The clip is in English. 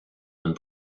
and